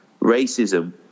Racism